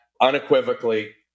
unequivocally